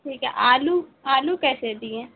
ٹھیک ہے آلو آلو کیسے دیے ہیں